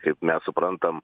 kaip mes suprantam